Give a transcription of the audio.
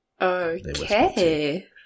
Okay